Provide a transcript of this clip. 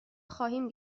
خواهیم